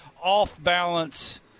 off-balance